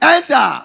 Enter